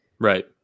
Right